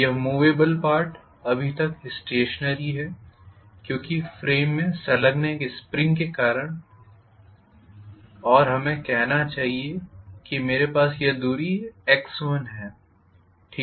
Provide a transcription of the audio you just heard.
यह movable part अभी तक स्टेशनरी है क्यूंकी फ्रेम में संलग्न एक स्प्रिंग के कारण और हमें कहना चाहिए कि मेरे पास यह दूरी x1है ठीक है